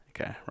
Okay